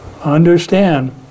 understand